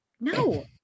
No